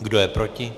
Kdo je proti?